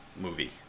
movie